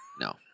No